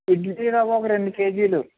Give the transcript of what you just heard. ఇడ్లీ రవ్వ ఒక రెండు కేజీలు